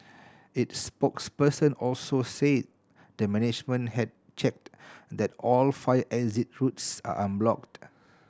its spokesperson also said the management had checked that all fire exit routes are unblocked